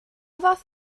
fath